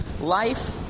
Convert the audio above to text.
Life